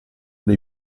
dei